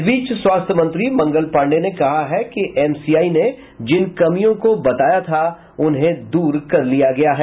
इस बीच स्वास्थ्य मंत्री मंगल पांडेय ने कहा है कि एमसीआई ने जिन कमियों को बताया था उसे दूर कर दिया गया है